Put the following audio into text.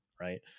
right